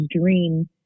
dream